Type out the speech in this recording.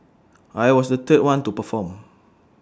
I was the third one to perform